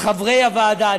חברי הוועדה.